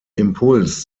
impuls